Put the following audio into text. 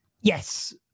Yes